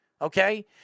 Okay